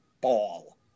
ball